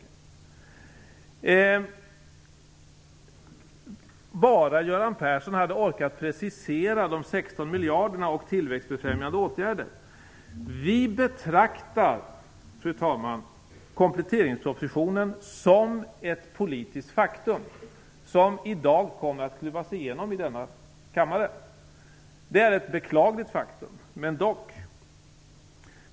Det skulle vara möjligt bara Göran Persson hade orkat precisera de 16 miljarderna och de tillväxtfrämjande åtgärderna. Vi betraktar kompletteringspropositionen som ett politiskt faktum. Den kommer i dag att klubbas igenom i denna kammare - det är ett faktum, låt vara att det är beklagligt.